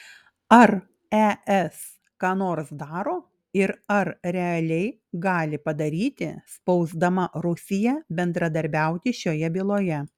ar es ką nors daro ir ar realiai gali padaryti spausdama rusiją bendradarbiauti šioje byloje